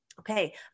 okay